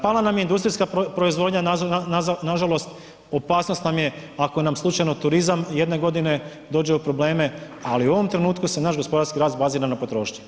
Pala nam je industrijska proizvodnja, nažalost opasnost nam je ako nam slučajno turizam jedne godine dođe u probleme, ali u ovom se trenutku naš gospodarski rast bazira na potrošnji.